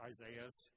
Isaiah's